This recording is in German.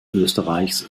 österreichs